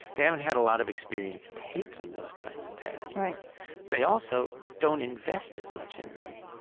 they haven't had a lot of experience taking those kinds of tests right they also don't invest as much in them,